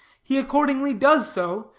he accordingly does so,